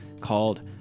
called